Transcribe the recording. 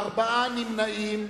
ארבעה נמנעים,